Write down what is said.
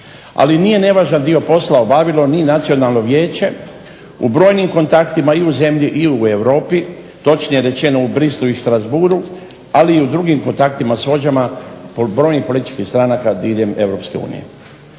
Ali, nije nevažan dio posla obavilo ni Nacionalno vijeće u brojnim kontaktima i u zemlji i u Europi, točnije rečeno u Bruxellesu i Strasbourgu, ali i u drugim kontaktima s vođama brojnih političkih stranaka diljem EU. Kako bi